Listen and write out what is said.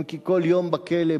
אם כי כל יום בכלא,